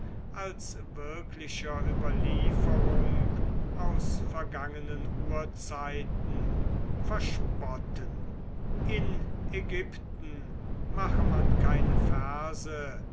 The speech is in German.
als wirklicher überlieferung aus vergangenen urzeiten verspotten in ägypten mache man keine verse